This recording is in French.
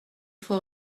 faut